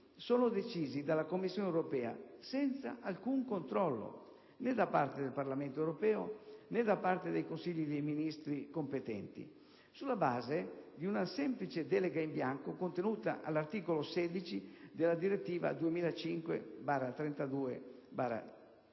sono decisi dalla Commissione europea senza alcun controllo, né da parte del Parlamento europeo né da parte dei Consigli dei Ministri competenti, sulla base di una semplice delega in bianco contenuta all'articolo 16 della direttiva 2005/32/CE.